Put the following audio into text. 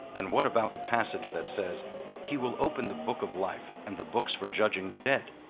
and what about the passage that says he will open the book of life and the books for judging the dead?